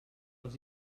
les